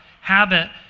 habit